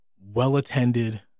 well-attended